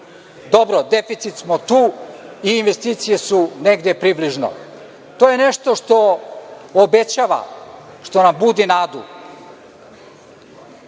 Dobro, deficit smo tu i investicije su negde približno. To je nešto što obećava, što nam budi